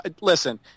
listen